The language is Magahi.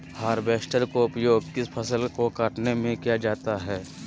हार्बेस्टर का उपयोग किस फसल को कटने में किया जाता है?